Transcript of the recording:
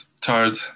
tired